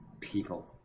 people